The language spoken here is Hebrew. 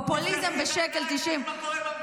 פופוליזם בשקל תשעים.